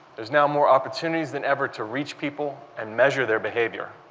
there's now more opportunity ies than ever to reach people and measure their behavior.